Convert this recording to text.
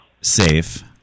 safe